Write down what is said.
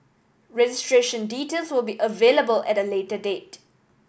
registration details will be available at a later date